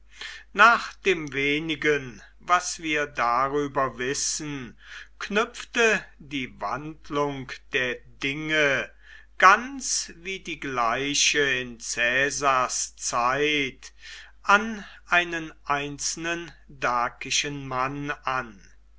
nach dem wenigen was wir darüber wissen knüpfte die wandlung der dinge ganz wie die gleiche in caesars zeit an einen einzelnen dakischen mann an